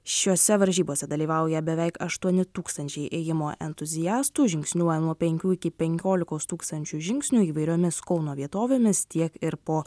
šiose varžybose dalyvauja beveik aštuoni tūkstančiai ėjimo entuziastų žingsniuoja nuo penkių iki penkiolikos tūkstančių žingsnių įvairiomis kauno vietovėmis tiek ir po